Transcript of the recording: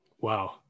Wow